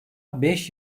beş